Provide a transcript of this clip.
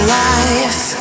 life